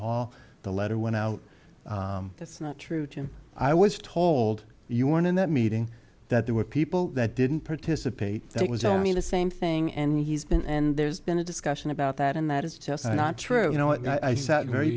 hall the letter went out that's not true jim i was told you were in that meeting that there were people that didn't participate it was all mean the same thing and he's been and there's been a discussion about that and that is just not true you know and i sat very